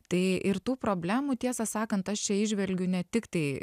tai ir tų problemų tiesą sakant aš čia įžvelgiu ne tiktai